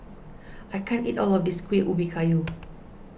I can't eat all of this Kueh Ubi Kayu